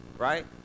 Right